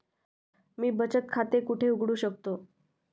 मी बचत खाते कुठे उघडू शकतो?